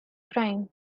crime